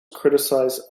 criticized